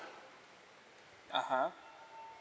ah ha